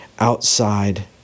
Outside